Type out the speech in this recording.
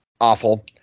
awful